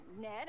Ned